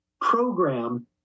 program